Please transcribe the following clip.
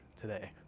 today